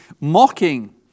mocking